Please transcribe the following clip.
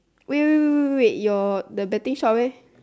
wait wait wait wait wait your the betting shop leh